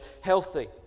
healthy